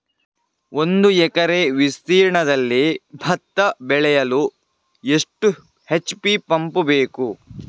ಒಂದುಎಕರೆ ವಿಸ್ತೀರ್ಣದಲ್ಲಿ ಭತ್ತ ಬೆಳೆಯಲು ಎಷ್ಟು ಎಚ್.ಪಿ ಪಂಪ್ ಬೇಕು?